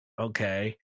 Okay